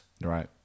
Right